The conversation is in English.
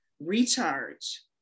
recharge